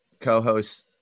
co-hosts